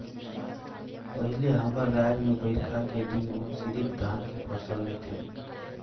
पहिले हमर रायज में बईरखा के दिन में सिरिफ धान के फसल लेथे